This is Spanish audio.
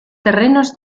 terrenos